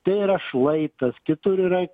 tai yra šlaitas kitur yra